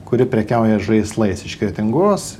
kuri prekiauja žaislais iš kretingos